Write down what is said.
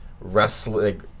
wrestling